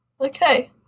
okay